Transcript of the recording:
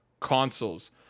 consoles